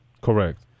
Correct